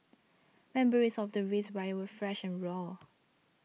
memories of the race riots were fresh and raw